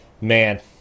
Man